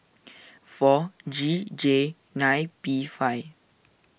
four G J nine P five